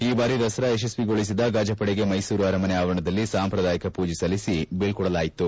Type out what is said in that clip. ಈ ಬಾರಿ ದಸರಾ ಯಶಸ್ವಿಗೊಳಿಸಿದ ಗಜಪಡೆಗೆ ಮೈಸೂರು ಅರಮನೆ ಆವರಣದಲ್ಲಿ ಸಾಂಪ್ರದಾಯಿಕ ಪೂಜೆ ಸಲ್ಲಿಸಿ ಬೀಳ್ಕೊಡಲಾಯಿತು